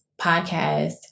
podcast